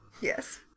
yes